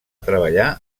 treballar